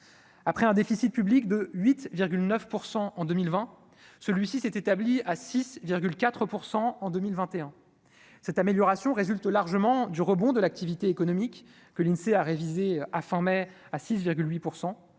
après un déficit public de 8 9 % en 2020, celui-ci s'est établi à 6 4 % en 2021, cette amélioration résulte largement du rebond de l'activité économique, que l'Insee a révisé à fin mai à 6 8